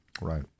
Right